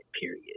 period